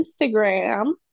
instagram